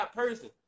person